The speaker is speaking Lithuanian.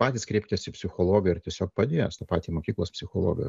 patys kreipkitės į psichologą ir tiesiog padės tą patį mokyklos psichologą